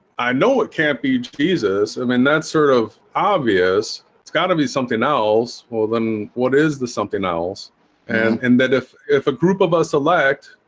i know it can't be jesus. i mean that sir of obvious it's got to be something else more than what is the something else and and that if if a group of us elect